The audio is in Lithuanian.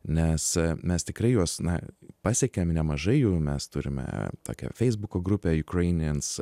nes mes tikrai juos na pasiekiam nemažai jų mes turime tokią feisbuko grupę jukrainijens